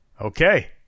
Okay